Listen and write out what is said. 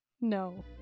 no